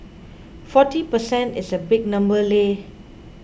forty per cent is a big number leh